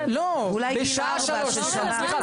אולי בגיל 4. בשעה 15:00. סליחה,